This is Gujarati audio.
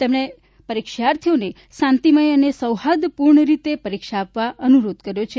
તેમણે પરિક્ષાર્થીઓને શાંતિમય અને સૌહાર્દપૂર્ણ રીતે પરિક્ષા આપવા અનુરોધ કર્યો છે